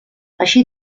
així